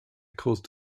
caused